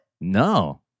No